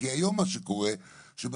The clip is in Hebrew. כי היום מה שקורה שבסוף